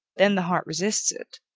then the heart resists it,